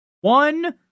One